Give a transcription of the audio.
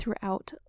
throughout